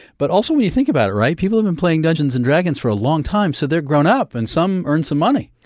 but also when you think about it, people have been playing dungeons and dragons for a long time, so they're grown up and some earn some money.